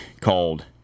called